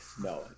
No